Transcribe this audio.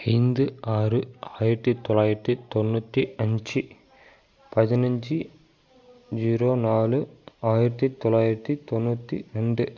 ஐந்து ஆறு ஆயிரத்து தொள்ளாயிரத்தி தொண்ணூற்றி அஞ்சு பதினஞ்சு ஜீரோ நாலு ஆயிரத்து தொள்ளாயிரத்தி தொண்ணூற்றி ரெண்டு